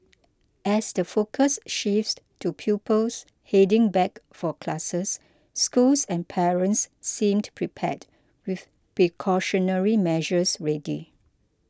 as the focus shifts to pupils heading back for classes schools and parents seem to prepared with precautionary measures ready